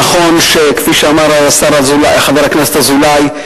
נכון, כפי שאמר חבר הכנסת אזולאי,